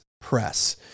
press